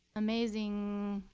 amazing